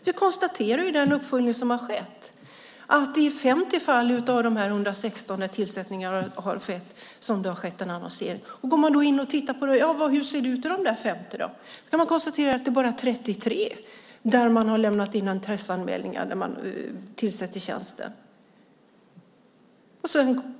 Det konstateras i den uppföljning som har gjorts att det är i 50 fall av de 116 där tillsättning har skett som det har skett en annonsering. Går vi in och tittar på hur det ser ut i de 50 fallen kan vi konstatera att det bara är i 33 det har lämnats in intresseanmälningar när tjänsten har tillsatts.